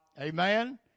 Amen